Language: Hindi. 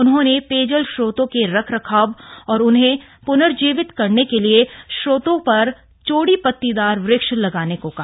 उन्होंने पेयजल स्रोतों के रखरखाव और उन्हें प्नर्जीवित करने के लिए स्रोतों पर चौड़ी पत्तीदार वृक्ष लगाने को कहा